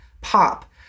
pop